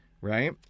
right